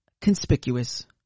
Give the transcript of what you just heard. conspicuous